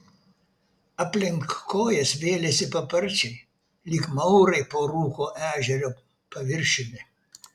aplink kojas vėlėsi paparčiai lyg maurai po rūko ežero paviršiumi